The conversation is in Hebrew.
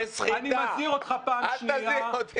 אני מזהיר אותך פעם ראשונה.